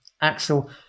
axel